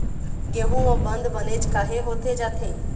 गेहूं म बंद बनेच काहे होथे जाथे?